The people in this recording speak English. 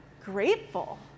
grateful